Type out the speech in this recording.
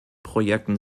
projekten